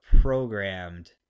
programmed